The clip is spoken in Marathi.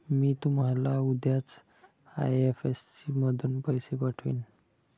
मी तुम्हाला उद्याच आई.एफ.एस.सी मधून पैसे पाठवीन